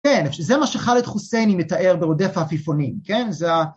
כן, שזה מה שח'אלד חוסייני מתאר ברודף העפיפונים, כן? זה ה...